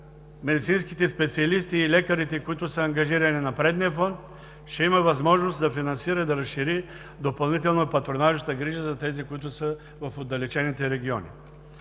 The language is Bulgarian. медицинските специалисти и лекарите, които са ангажирани на предния фронт, ще има възможност да финансира и да разшири допълнително патронажната грижа за тези, които са в отдалечените региони.